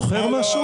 זוכר משהו?